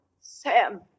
Sam